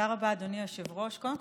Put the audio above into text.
לפני